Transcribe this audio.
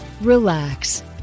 Relax